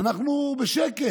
ואנחנו בשקט.